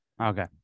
Okay